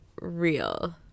real